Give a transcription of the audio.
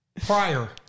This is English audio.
Prior